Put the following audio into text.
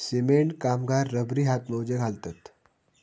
cement कामगार रबरी हातमोजे घालतत